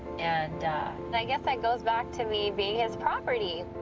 and i guess that goes back to me being his property.